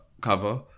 cover